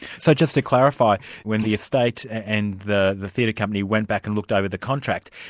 so just to clarify when the estate and the the theatre company went back and looked over the contract,